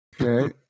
Okay